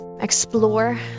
explore